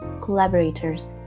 collaborators